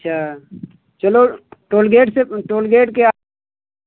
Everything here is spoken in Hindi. अच्छा चलो टोल गेट से टोल गेट के आगे